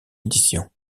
édition